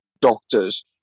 doctors